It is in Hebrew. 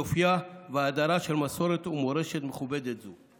יופייה והדרה של מסורת ומורשת מכובדת זו.